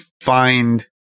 find